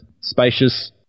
spacious